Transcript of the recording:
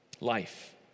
life